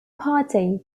party